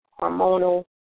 hormonal